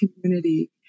community